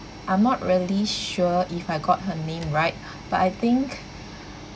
I'm not really sure if I got her name right but I think